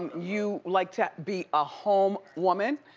you like to be a home woman.